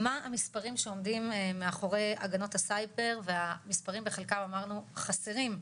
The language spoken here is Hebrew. מה המספרים שעומדים מאחורי הגנות הסייבר והמספרים בחלקם אמרנו חסרים,